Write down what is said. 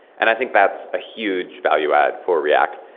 and i think that's a huge value add for react.